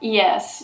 yes